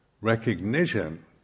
recognition